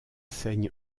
saigne